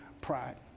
pride